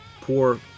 poor